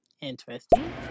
Interesting